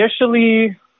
initially